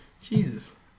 Jesus